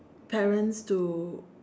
parents to